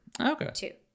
Okay